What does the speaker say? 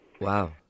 Wow